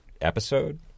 episode